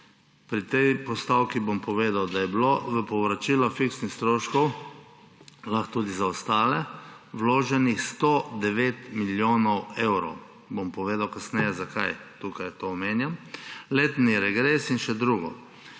Pri tej postavki bom povedal, da je bilo v povračilo fiksnih stroškov, lahko tudi za ostale, vloženih 109 milijonov evrov – bom povedal kasneje, zakaj tukaj to omenjam – letni regres in še drugo.